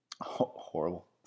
Horrible